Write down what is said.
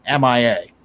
MIA